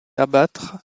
abattre